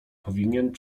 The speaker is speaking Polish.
powinien